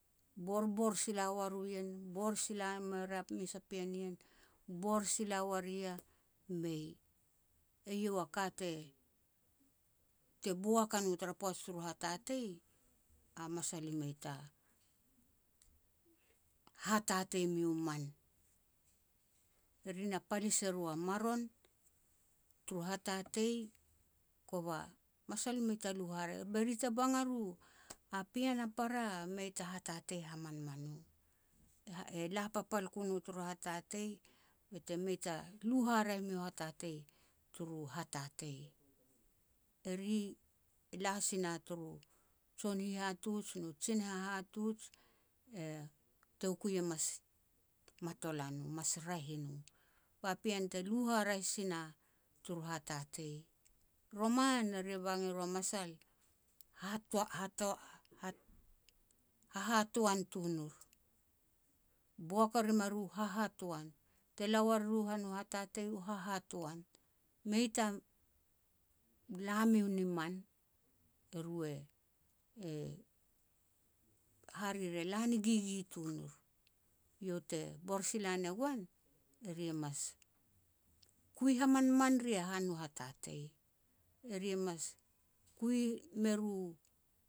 borbor sila ua ru ien, bor sila me ria mes a pean ien, bor sila uar i yah, mei. Eiau a ka te-te boak a no tara poaj turu hatatei, a masal i mei ta hatatei miu man. Eri na palis se ru a maron turu hatatei, kova masal mei ta lu haraeh, bete ri te bang a ru a pean a para mei ta hatatei hamanman u. E ha la papal ku no turu hatatei bete mei ta lu haraeh miu hatatei turu hatatei. Eri e la si na turu jon hihatuj nu jin hihatuj, toukui e mas matolan no, mas raeh i no, ba pean te lu haraeh si na turu hatatei. Roman eri e bang e ro a masal, hatoa-hatoa-ha-hahatoan tun ur. Boak a rim a ru, hahatoan, te la wa rim a ru turu hatatei, u hahatoan. Mei ta la miu ni man, eru e hare re la ni ngingi tun ur. Iau te bor sila ne goan, eri e mas kui hamanman ria han u hatatei. Eri e mas kui mer u